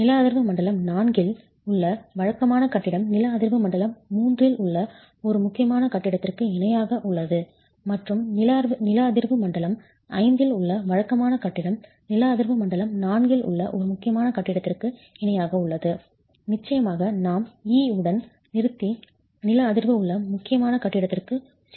நில அதிர்வு மண்டலம் IV இல் உள்ள வழக்கமான கட்டிடம் நில அதிர்வு மண்டலம் III இல் உள்ள ஒரு முக்கியமான கட்டிடத்திற்கு இணையாக உள்ளது மற்றும் நில அதிர்வு மண்டலம் V இல் உள்ள வழக்கமான கட்டிடம் நில அதிர்வு மண்டலம் IV இல் உள்ள ஒரு முக்கியமான கட்டிடத்திற்கு இணையாக உள்ளது நிச்சயமாக நாம் E உடன் நிறுத்தி நில அதிர்வு உள்ள முக்கியமான கட்டிடத்திற்குச் செல்கிறோம்